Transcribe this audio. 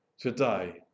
Today